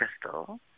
crystal